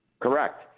Correct